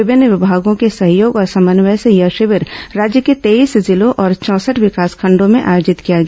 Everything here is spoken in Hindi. विभिन्न विभागों के सहयोग और समन्वय से यह शिविर राज्य के तेईस जिलों और चौंसठ विकासखंडों में आयोजित किया गया